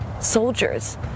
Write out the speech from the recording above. soldiers